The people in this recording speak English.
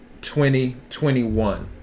2021